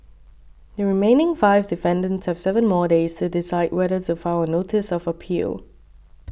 the remaining five defendants have seven more days to decide whether to file a notice of appeal